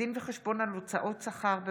הצעת חוק העונשין (תיקון,